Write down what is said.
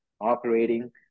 operating